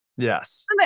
Yes